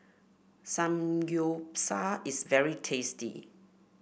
samgyeopsal is very tasty